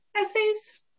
essays